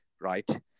right